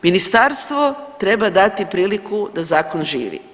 Ministarstvo treba dati priliku da zakon živi.